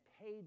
paid